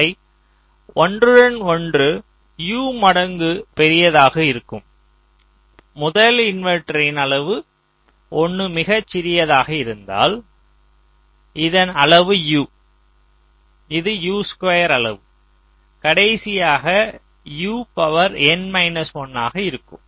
அவை ஒவ்வொன்றும் U மடங்கு பெரியதாக இருக்கும் முதல் இன்வெர்ட்டரின் அளவு 1 மிகச்சிறியதாக இருந்தால் இதன் அளவு U இது U2 அளவு கடைசியாக UN 1 ஆக இருக்கும்